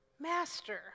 Master